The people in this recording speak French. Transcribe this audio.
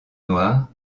noir